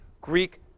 Greek